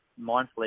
mindfully